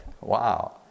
Wow